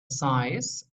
size